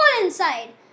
inside